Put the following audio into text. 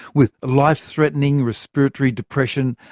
with life-threatening respiratory depression,